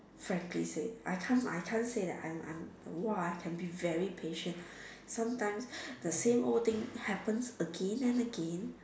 frankly say I can't I can't say that I'm I'm !wah! I can be very patient sometimes the same old thing happens again and again